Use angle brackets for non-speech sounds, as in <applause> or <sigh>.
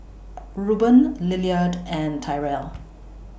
<noise> Ruben Lillard and Tyrel